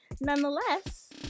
Nonetheless